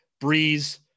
Breeze